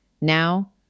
Now